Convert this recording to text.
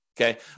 Okay